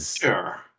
Sure